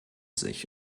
sich